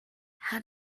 how